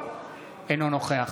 אינו נוכח